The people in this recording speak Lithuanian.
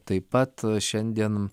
taip pat šiandien